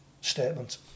statement